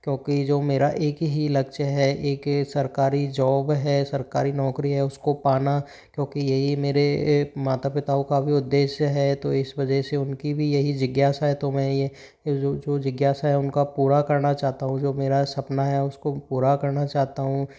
क्योंकि जो मेरा एक ही लक्ष्य है एक सरकारी जॉब है सरकारी नौकरी है उस को पाना क्योंकि यही मेरे माता पीता का भी उद्देश्य है तो इस वजह से उन की भी यही जिज्ञासा है तो में ये जो जो जिज्ञासा है उन को पूरा करना चाहता हूँ जो मेरा सपना है उस को पूरा करना चाहता हूँ